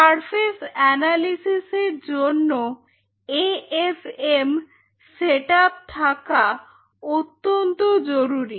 surface অ্যানালিসিসের জন্য AFM setup থাকা অত্যন্ত জরুরী